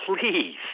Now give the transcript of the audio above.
Please